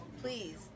please